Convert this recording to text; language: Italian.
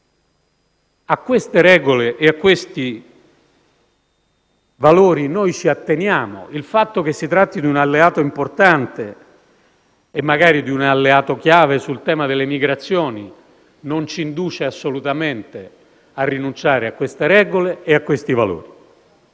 a queste regole e a questi valori noi ci atteniamo. Il fatto che si tratti di un alleato importante e magari di un alleato chiave sul tema delle migrazioni non ci induce assolutamente a rinunciare a queste regole e a questi valori.